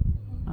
mm